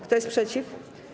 Kto jest przeciw?